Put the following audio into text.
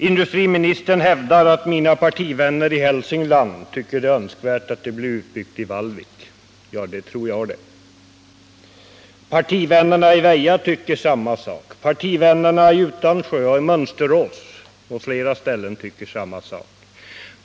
Industriministern hävdar att mina partivänner i Hälsingland tycker att det är Önskvärt att det blir utbyggt i Vallvik. Ja, det tror jag det. Partivännerna i Väja tycker detsamma. Partivännerna i Utansjö och i Mönsterås och på flera andra ställen tycker detsamma om sina orter.